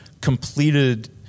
completed